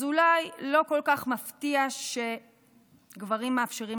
אז אולי לא כל כך מפתיע שגברים מאפשרים